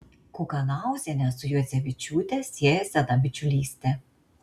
kukanauzienę su juodzevičiūte sieja sena bičiulystė